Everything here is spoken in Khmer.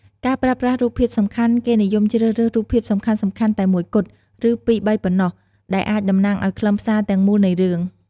ការប្រើប្រាស់រូបភាពសំខាន់គេនិយមជ្រើសរើស រូបភាពសំខាន់ៗតែមួយគត់ ឬពីរបីប៉ុណ្ណោះ ដែលអាចតំណាងឱ្យខ្លឹមសារទាំងមូលនៃរឿង ។